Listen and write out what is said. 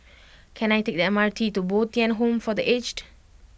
can I take the M R T to Bo Tien Home for the Aged